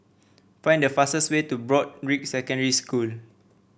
find the fastest way to Broadrick Secondary School